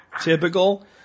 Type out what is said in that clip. typical